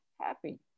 happy